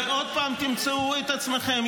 ועוד פעם תמצאו את עצמכם,